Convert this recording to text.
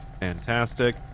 Fantastic